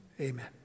Amen